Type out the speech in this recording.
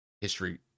history